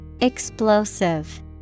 Explosive